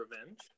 Revenge